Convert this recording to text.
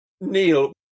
Neil